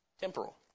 Temporal